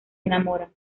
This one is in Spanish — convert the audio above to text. enamoran